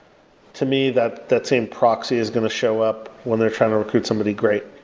to me, that that same proxy is going to show up when they're trying to recruit somebody great.